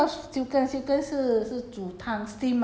no no no cannot 一定要另外